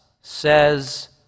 says